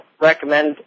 recommend